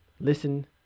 Listen